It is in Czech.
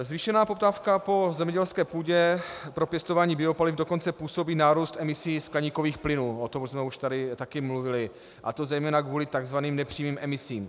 Zvýšená poptávka po zemědělské půdě pro pěstování biopaliv dokonce působí nárůst emisí skleníkových plynů, o tom jsme už tady taky mluvili, a to zejména kvůli tzv. nepřímým emisím.